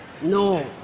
No